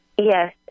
Yes